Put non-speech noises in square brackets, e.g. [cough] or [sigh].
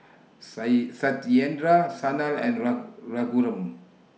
[unintelligible] Satyendra Sanal and [unintelligible] Raghuram